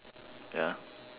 ya